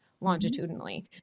Longitudinally